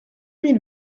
mille